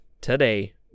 today